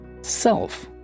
self